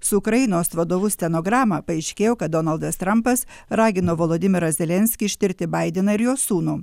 su ukrainos vadovu stenogramą paaiškėjo kad donaldas trampas ragino volodymyrą zelenskį ištirti baideną ir jo sūnų